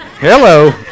hello